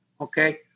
okay